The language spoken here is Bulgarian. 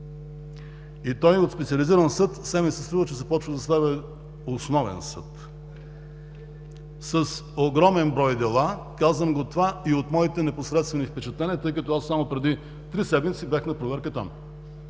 съд и от Специализиран съд все ми се струва, че той започва да става основен съд с огромен брой дела – казвам това и от моите непосредствени впечатления, тъй като само преди три седмици бях на проверка там.